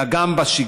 אלא גם בשגרה.